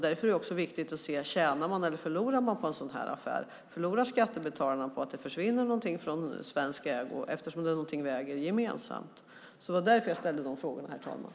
Därför är det också viktigt att se: Tjänar man eller förlorar man på en sådan här affär? Förlorar skattebetalarna på att det försvinner någonting från svensk ägo? Det är ju någonting som vi äger gemensamt. Det var därför jag ställde de frågorna, herr talman.